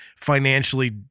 financially